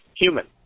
human